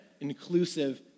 inclusive